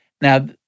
Now